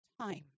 Time